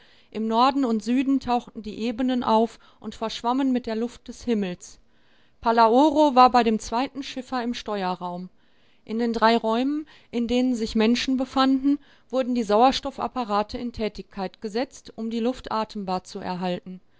im norden und süden tauchten die ebenen auf und verschwammen mit der luft des himmels palaoro war bei dem zweiten schiffer im steuerraum in den drei räumen in denen sich menschen befanden wurden die sauerstoffapparate in tätigkeit gesetzt um die luft atembar zu erhalten